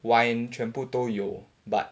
wine 全部都有 but